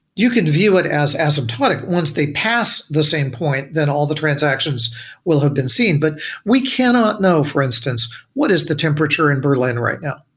you can view it as asymptotic once they pass the same point, point, then all the transaction will have been seen but we cannot know for instance what is the temperature in berlin right now.